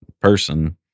person